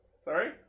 Sorry